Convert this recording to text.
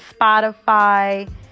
Spotify